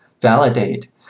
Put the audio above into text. validate